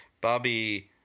Bobby